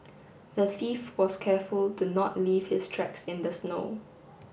the thief was careful to not leave his tracks in the snow